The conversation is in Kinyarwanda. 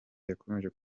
yakomeje